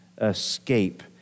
escape